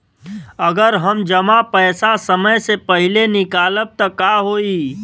अगर हम जमा पैसा समय से पहिले निकालब त का होई?